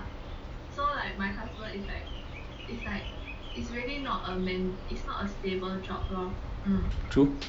true